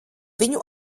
viņu